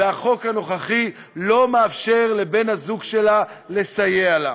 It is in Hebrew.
והחוק הנוכחי לא מאפשר לבן-הזוג שלה לסייע לה.